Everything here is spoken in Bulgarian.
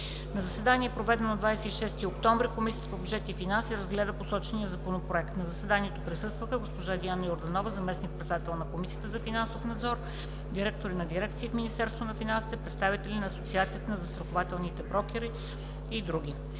На заседание, проведено на 26 октомври 2017 г., Комисията по бюджет и финанси разгледа посочения Законопроект. На заседанието присъстваха: Диана Йорданова – заместник-председател на Комисията за финансов надзор, директори на дирекции в Министерството на финансите, представители на Асоциацията на застрахователните брокери в България